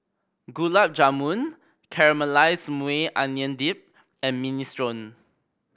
Gulab Jamun Caramelized Maui Onion Dip and Minestrone